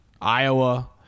Iowa